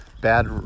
bad